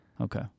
Okay